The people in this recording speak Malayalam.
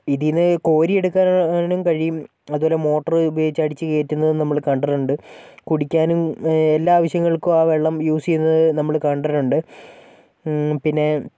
ഇതിൽ നിന്ന് കോരിയെടുക്കാനും കഴിയും അതുപോലെ മോട്ടർ ഉപയോഗിച്ച് അടിച്ച് കയറ്റുന്നതും നമ്മള് കണ്ടിട്ടുണ്ട് കുടിക്കാനും എല്ലാ ആവശ്യങ്ങൾക്കും ആ വെള്ളം യൂസ് ചെയ്യുന്നത് നമ്മൾ കണ്ടിട്ടുണ്ട് പിന്നെ